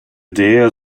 dare